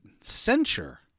censure